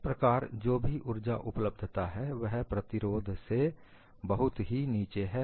इस प्रकार जो भी ऊर्जा उपलब्धता है वह प्रतिरोध के बहुत ही नीचे है